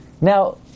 Now